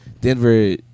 Denver